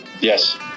Yes